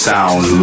Sound